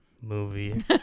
movie